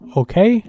okay